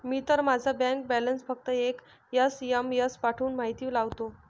मी तर माझा bank balance फक्त एक एस.एम.एस पाठवून माहिती लावतो